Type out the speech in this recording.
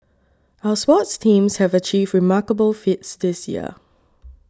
our sports teams have achieved remarkable feats this year